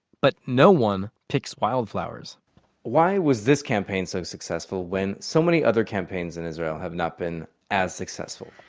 but no one picks wildflowers why was this campaign so successful when so many other campaigns in israel have not been as successful?